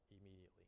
immediately